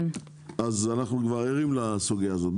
אנחנו כבר ערים לסוגיה הזאת.